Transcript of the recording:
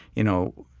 you know,